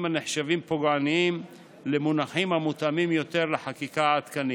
הנחשבים פוגעניים למונחים המותאמים יותר לחקיקה העדכנית.